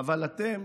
אבל אתם